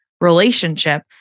relationship